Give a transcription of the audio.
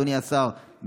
אדוני השר,